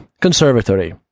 conservatory